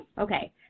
Okay